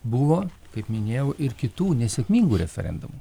buvo kaip minėjau ir kitų nesėkmingų referendumų